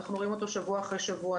אנחנו רואים אותו שבוע אחרי שבוע.